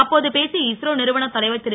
அப்போது பேசிய இஸ்ரோ நிறுவன தலைவர் திரு